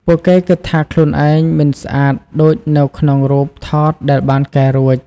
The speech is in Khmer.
ពួកគេគិតថាខ្លួនឯងមិនស្អាតដូចនៅក្នុងរូបថតដែលបានកែរួច។